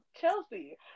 chelsea